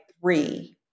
three